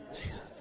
Jesus